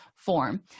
form